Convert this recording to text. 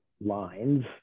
lines